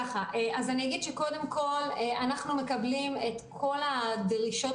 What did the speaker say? קודם כול אנחנו מקבלים את כל הדרישות